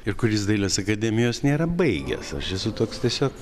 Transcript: ir kuris dailės akademijos nėra baigęs aš esu toks tiesiog